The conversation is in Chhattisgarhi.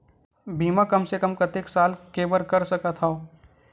बीमा कम से कम कतेक साल के बर कर सकत हव?